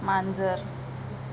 मांजर